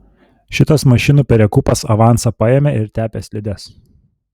šitas mašinų perekūpas avansą paėmė ir tepė slides